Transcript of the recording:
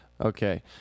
Okay